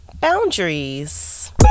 boundaries